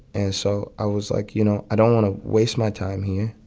and so i was, like, you know, i don't want to waste my time here.